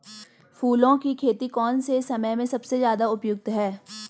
फूलों की खेती कौन से समय में सबसे ज़्यादा उपयुक्त है?